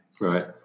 Right